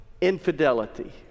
infidelity